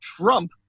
Trump